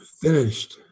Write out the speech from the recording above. finished